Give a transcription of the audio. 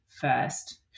first